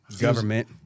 Government